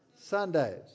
Sundays